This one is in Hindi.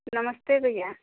नमस्ते भैया